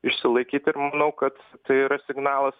išsilaikyt ir manau kad tai yra signalas